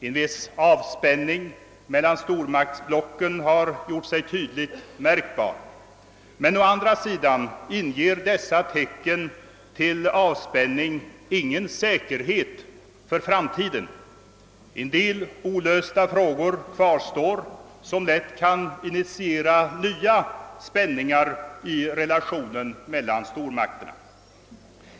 En avspänning mellan stormaktsblocken har gjort sig tydligt märkbar. Men å andra sidan inger dessa tecken till avspänning ingen säkerhet för framtiden. En del olösta frågor kvarstår som lätt kan initiera nya spänningar i relationen mellan stormakterna.